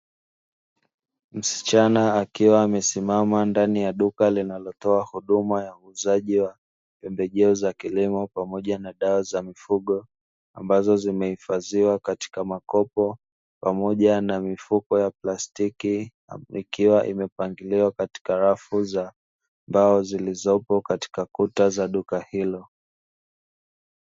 Msichana akiwa amesimama ndani ya duka linalotoa huduma za pembejeo za kilimo pamoja na dawa za mifugo, ambazo zimehifadhiwa katika makopo pamoja na mifuko ya plastiki, ikiwa imepangiliwa katika rafu za mbao zilizopo katika kuta za duka hilo.